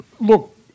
look